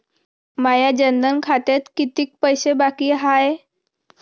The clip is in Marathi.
माया जनधन खात्यात कितीक पैसे बाकी हाय?